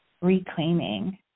reclaiming